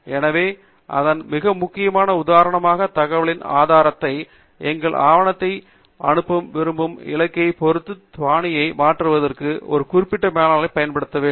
எனவே அதன் மிக முக்கியமான உதாரணமாக தகவலின் ஆதாரத்தையும் எங்கள் ஆவணத்தை அனுப்ப விரும்பும் இலக்கையும் பொறுத்து பாணியை மாற்றுவதற்கான ஒரு குறிப்பு மேலாளரைப் பயன்படுத்த வேண்டும்